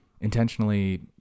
intentionally